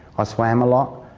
ah swam a lot,